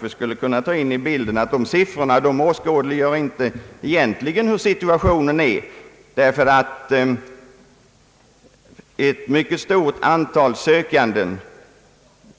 Men det hör till bilden att dessa siffror egentligen inte åskådliggör hurdan situationen är, därför att ett mycket stort antal sökande